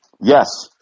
Yes